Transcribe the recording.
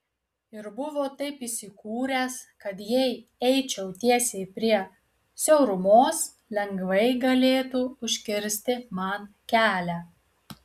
ir buvo taip įsikūręs kad jei eičiau tiesiai prie siaurumos lengvai galėtų užkirsti man kelią